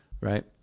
Right